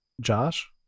Josh